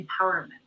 empowerment